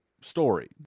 story